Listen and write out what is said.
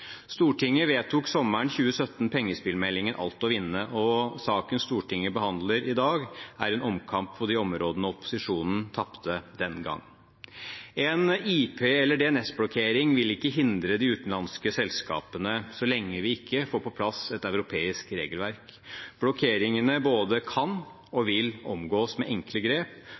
Stortinget vedtok sommeren 2017 pengespillmeldingen «Alt å vinne», og saken Stortinget behandler i dag, er en omkamp på de områdene opposisjonen tapte den gang. En IP- eller DNS-blokkering vil ikke hindre de utenlandske selskapene så lenge vi ikke får på plass et europeisk regelverk. Blokkeringene både kan og vil omgås med enkle grep,